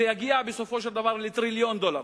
זה יגיע בסופו של דבר לטריליון דולר.